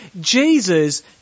Jesus